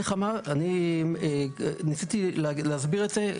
ניסיתי להסביר את זה,